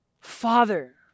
father